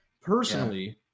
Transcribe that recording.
personally